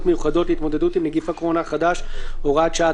מיוחדות להתמודדות עם נגיף הקורונה החדש (הוראת שעה),